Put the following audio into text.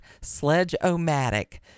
Sledge-o-matic